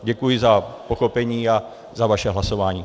Děkuji za pochopení a za vaše hlasování.